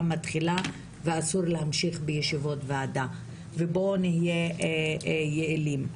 מתחילה ואסור להמשיך בישיבות ועדה ובואו נהיה יעילים.